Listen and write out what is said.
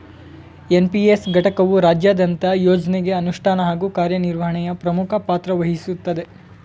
NPS ಘಟಕವು ರಾಜ್ಯದಂತ ಯೋಜ್ನಗೆ ಅನುಷ್ಠಾನ ಹಾಗೂ ಕಾರ್ಯನಿರ್ವಹಣೆಯ ಪ್ರಮುಖ ಪಾತ್ರವಹಿಸುತ್ತದೆ